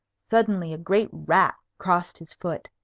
suddenly a great rat crossed his foot.